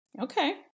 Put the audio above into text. Okay